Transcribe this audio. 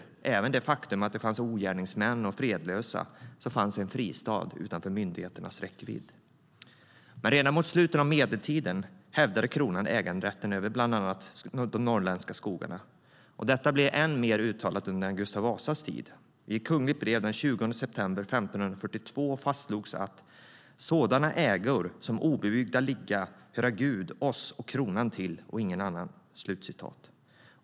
Det var även ett faktum att där fanns ogärningsmän och fredlösa som fann sig en fristad utanför myndigheternas räckvidd. Redan mot slutet av medeltiden hävdade kronan äganderätten över bland annat de norrländska skogarna. Detta blev än mer uttalat under Gustav Vasas tid. I ett kungligt brev den 20 september 1542 fastslogs att: Sådana ägor som obebyggda ligga, höra Gud, Oss och Kronan till och ingen annan.